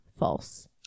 false